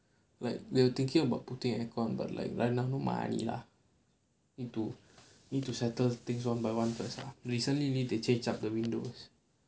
like we're thinking about putting aircon but like right now no money lah need to need to settle things one by one first lah recently need to change ah the windows